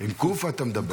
עם קו"ף אתה מדבר.